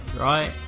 right